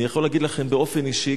אני יכול להגיד לכם באופן אישי,